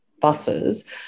buses